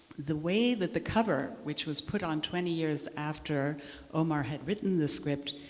the way that the cover which was put on twenty years after omar had written the script